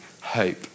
hope